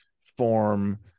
form